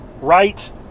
right